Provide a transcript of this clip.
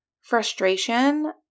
frustration